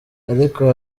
ariko